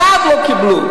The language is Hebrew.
אחת לא קיבלו.